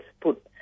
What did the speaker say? put